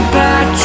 back